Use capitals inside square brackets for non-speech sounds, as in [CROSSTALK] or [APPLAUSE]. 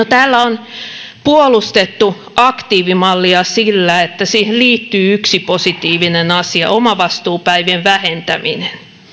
[UNINTELLIGIBLE] täällä on puolustettu aktiivimallia sillä että siihen liittyy yksi positiivinen asia omavastuupäivien vähentäminen